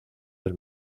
del